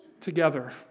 together